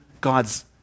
God's